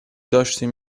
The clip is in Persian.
داشتیم